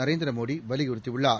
நரேந்திர மோடி வலியுறுத்தியுள்ளார்